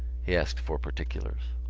he asked for particulars.